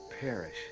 perish